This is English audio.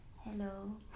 Hello